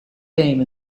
game